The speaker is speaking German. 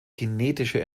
kinetische